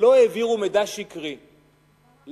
לא העבירו מידע שקרי לדוח-גולדסטון,